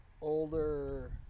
older